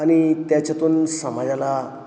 आणि त्याच्यातून समाजाला